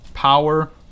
Power